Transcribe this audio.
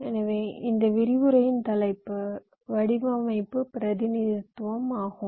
எனவே இந்த விரிவுரையின் தலைப்பு வடிவமைப்பு பிரதிநிதித்துவம் ஆகும்